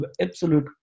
absolute